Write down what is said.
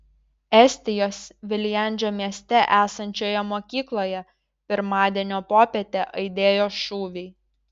estijos viljandžio mieste esančioje mokykloje pirmadienio popietę aidėjo šūviai